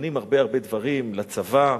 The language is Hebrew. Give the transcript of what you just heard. קונים הרבה דברים לצבא.